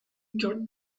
your